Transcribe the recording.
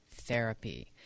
Therapy